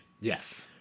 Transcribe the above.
Yes